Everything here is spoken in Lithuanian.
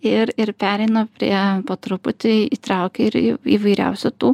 ir ir pereina prie po truputį įtraukia ir įvairiausių tų